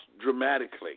dramatically